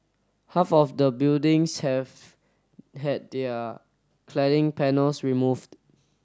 half of the buildings have had their cladding panels removed